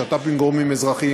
שיתוף פעולה עם גורמים אזרחיים,